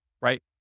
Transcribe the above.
right